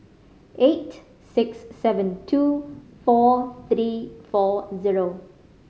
eight six seven two four three four zero